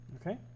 Okay